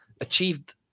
achieved